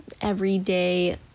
everyday